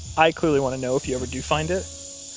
i clearly want to know if you ever do find it.